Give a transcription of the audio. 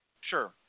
Sure